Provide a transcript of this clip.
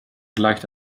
gleicht